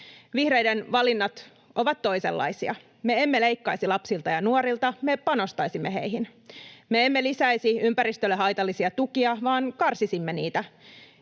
Vihreiden valinnat ovat toisenlaisia. Me emme leikkaisi lapsilta ja nuorilta, me panostaisimme heihin. Me emme lisäisi ympäristölle haitallisia tukia vaan karsisimme niitä,